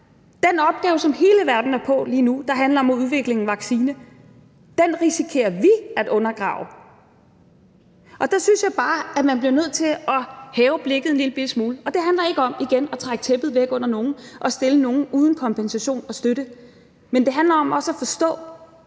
Den opgave, som hele verden er på lige nu, der handler om at udvikle en vaccine, risikerer vi at undergrave. Der synes jeg bare, at man bliver nødt til at hæve blikket en lillebitte smule. Og det handler igen ikke om at trække tæppet væk under nogen og stille nogen uden kompensation og støtte, men det handler om også at forstå,